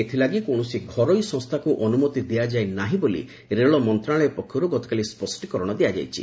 ଏଥିଲାଗି କୌଣସି ଘରୋଇ ସଂସ୍ଥାକୁ ଅନୁମତି ଦିଆଯାଇ ନାହିଁ ବୋଲି ରେଳ ମନ୍ତ୍ରଣାଳୟ ପକ୍ଷରୁ ଗତକାଲି ସ୍ୱଷ୍ଟୀକରଣ ଦିଆଯାଇଛି